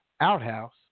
outhouse